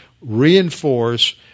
reinforce